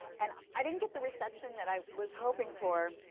and i didn't get the reception that i was hoping for,